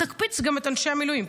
תקפיץ גם את אנשי המילואים.